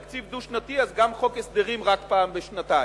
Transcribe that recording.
תקציב דו-שנתי אז גם חוק הסדרים רק פעם בשנתיים.